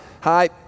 Hi